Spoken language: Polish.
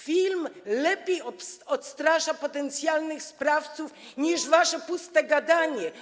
Film lepiej odstrasza potencjalnych sprawców niż wasze puste gadanie.